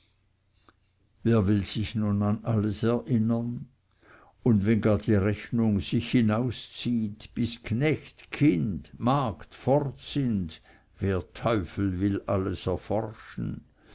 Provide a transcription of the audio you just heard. wer will sich nun an alles erinnern und wenn gar die rechnung sich hinauszieht bis knecht kind magd fort sind wer teufel will alles erforschen